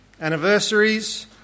anniversaries